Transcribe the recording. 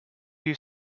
you